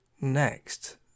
next